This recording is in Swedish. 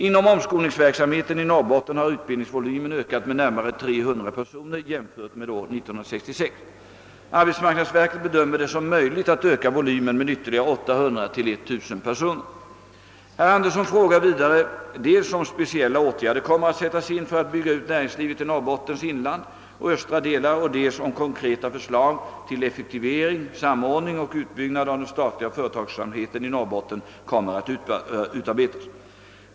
Inom <omskolningsverksamheten i Norrbotten har utbildningsvolymen ökat med närmare 300 personer jämfört med år 1966. Arbetsmarknadsverket bedömer det som möjligt att öka volymen med ytterligare 800—1 000 personer. Herr Andersson frågar vidare dels om speciella åtgärder kommer att sättas in för att bygga ut näringslivet i Norrbottens inland och östra delar, dels om konkreta förslag till effektivering, samordning och utbyggnad av den statliga företagsamheten i Norrbotten kommer att utarbetas.